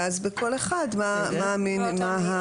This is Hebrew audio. ואז בכל אחד, מה המינימום.